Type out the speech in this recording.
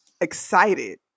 excited